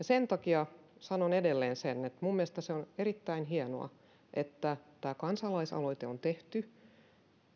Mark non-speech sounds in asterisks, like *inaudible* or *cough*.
*unintelligible* sen takia sanon edelleen sen että minun mielestäni se on erittäin hienoa että tämä kansalaisaloite on tehty